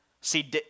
See